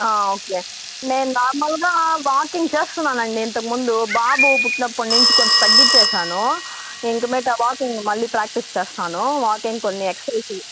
okay నేను normal గా walking చేస్తున్నానండీ ఇంతకు ముందు బాబు పుట్టినప్పటి నుంచి కొంచెం తగ్గించేసాను ఇంక మీదట వాకింగ్ మళ్ళీ ప్రాక్టీస్ చేస్తాను వాకింగ్ కొన్ని ఎక్సరసైజులు